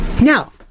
Now